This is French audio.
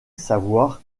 savoir